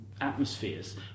atmospheres